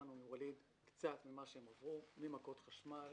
שמענו מווליד קצת ממה שהם עברו ממכות חשמל